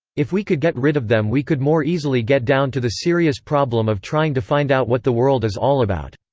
if we could get rid of them we could more easily get down to the serious problem of trying to find out what the world is all about.